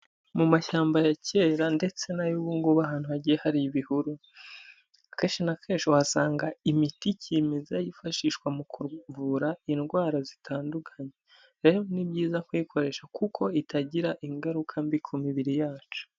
Mu mashyamba ya kera ndetse n'ay'ubu ngubu ahantu hagiye hari ibihuru, akenshi na kenshi uhasanga imiti cyimeza yifashishwa mu kuvura indwara zitandukanye, rero ni byiza kuyikoresha kuko itagira ingaruka mbi ku mibiri yacu.